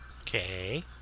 Okay